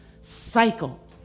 cycle